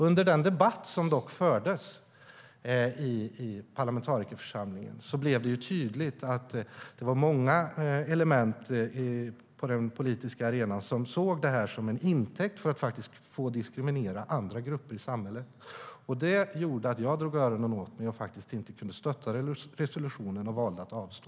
Under den debatt som fördes i parlamentarikerförsamlingen blev det dock tydligt att det var många element på den politiska arenan som tog detta till intäkt för att få diskriminera andra grupper i samhället. Det gjorde att jag drog öronen åt mig och inte kunde stötta resolutionen. Jag valde då att avstå.